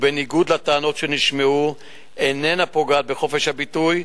ובניגוד לטענות שנשמעו איננה פוגעת בחופש הביטוי,